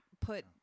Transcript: put